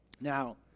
Now